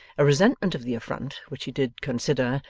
a resentment of the affront which he did consider,